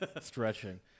stretching